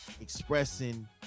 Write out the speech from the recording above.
expressing